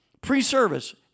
Pre-service